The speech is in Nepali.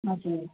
हजुर